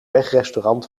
wegrestaurant